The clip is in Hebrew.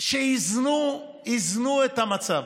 שאיזנו את המצב.